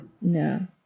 No